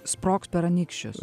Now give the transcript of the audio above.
sprogs per anykščius